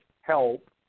help